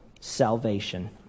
salvation